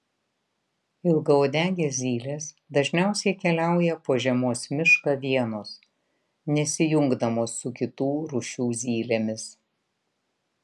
ilgauodegės zylės dažniausiai keliauja po žiemos mišką vienos nesijungdamos su kitų rūšių zylėmis